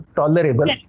tolerable